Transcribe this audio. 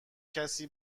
کسی